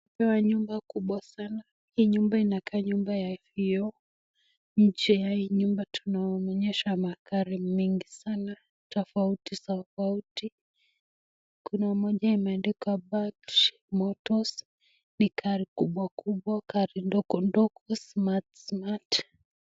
Tumepewa nyumba kubwa sana, hii nyumba inakaa nyumba vioo, nje ya hii nyumba tunaoneshwa magari mingi sana tofauti tofauti. Kuna moja imeandikwa fate motors .Ni gari kubwa kubwa, gari ndogondogo, smart vsmart .